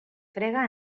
frega